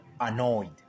annoyed